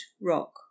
rock